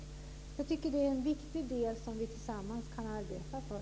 Jag tycker därför att det är en viktig del som vi tillsammans kan arbeta för.